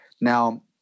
Now